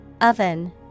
Oven